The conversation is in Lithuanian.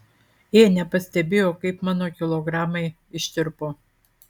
ė nepastebėjau kaip mano kilogramai ištirpo